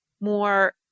more